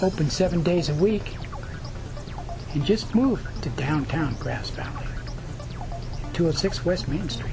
open seven days a week he just moved to downtown grass down to a six west means to